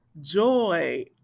joy